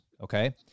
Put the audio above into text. okay